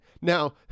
Now